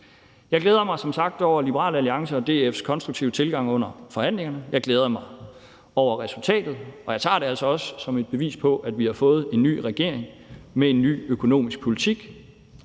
Jeg glæder mig som sagt over Liberal Alliances og DF's konstruktive tilgang under forhandlingerne. Jeg glæder mig over resultatet, og jeg tager det altså også som et bevis på, at vi har fået en ny regering med en ny økonomisk politik.